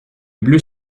bleus